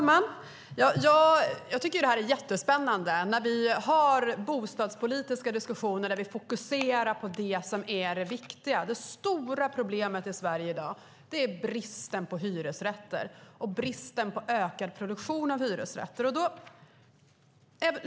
Herr talman! Det är spännande med bostadspolitiska diskussioner där vi fokuserar på det viktiga. Det stora problemet i Sverige i dag är bristen på hyresrätter och bristen på ökad produktion av hyresrätter.